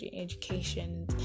education